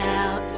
out